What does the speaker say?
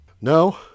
No